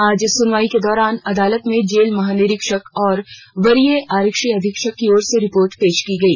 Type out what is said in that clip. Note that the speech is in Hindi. आज सुनवाई के दौरान अदालत में जेल महानिरीक्षक और वरीय आरक्षी अधीक्षक की ओर से रिपोर्ट पेश की गई